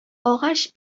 агач